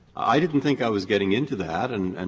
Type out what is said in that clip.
i didn't think i was getting into that and, and